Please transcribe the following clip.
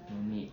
mermaid